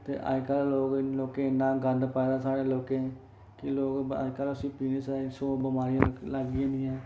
ते अजकल्ल लोग लोकें इन्ना गंद पाए दा साढ़े लोकें कि लोग अजकल्ल उस्सी पी निं सकदे सौ बमारियां लग्गी जंदियां